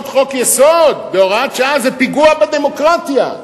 חוק-יסוד בהוראת שעה זה פיגוע בדמוקרטיה,